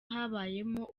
habayemo